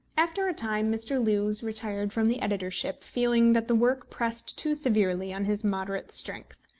after a time mr. lewes retired from the editorship, feeling that the work pressed too severely on his moderate strength.